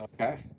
Okay